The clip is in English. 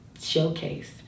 showcase